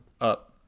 Up